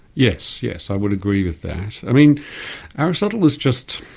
yes, yes, i would agree with that. i mean aristotle was just.